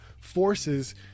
forces